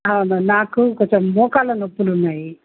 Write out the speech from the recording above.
అవును నాకు కొంచెం మోకాళ్ళ నొప్పులు ఉన్నాయి